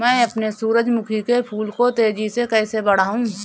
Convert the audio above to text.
मैं अपने सूरजमुखी के फूल को तेजी से कैसे बढाऊं?